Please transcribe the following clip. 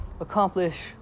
accomplish